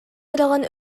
үрэҕин